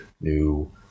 new